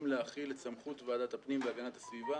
להחיל את סמכות ועדת הפנים והגנת הסביבה